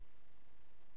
ואני רוצה